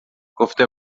گفته